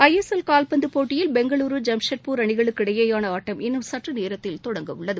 ஐ S L காவ்பந்து போட்டியில் பெங்களூரு ஜாம்ஷெட்பூர் அணிகளுக்கு இடையிலான ஆட்டம் இன்னும் சற்று நேரத்தில் தொடங்க உள்ளது